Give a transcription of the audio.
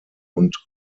und